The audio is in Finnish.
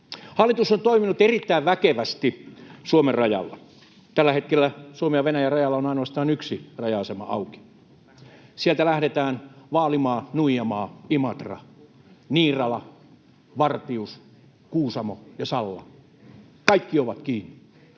Hallitus on toiminut erittäin väkevästi Suomen rajalla. Tällä hetkellä Suomen ja Venäjän rajalla on ainoastaan yksi raja-asema auki. Sieltä ovat lähteneet Vaalimaa, Nuijamaa, Imatra, Niirala, Vartius, Kuusamo ja Salla — kaikki ovat kiinni.